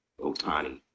Otani